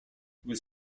was